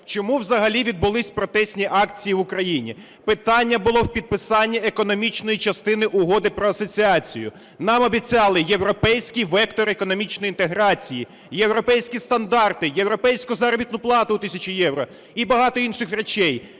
чому взагалі відбулись протестні акції в Україні. Питання було в підписанні економічної частини Угоди про асоціацію. Нам обіцяли європейський вектор економічної інтеграції, європейські стандарти, європейську заробітну плату в 1 тисячу євро і багато інших речей.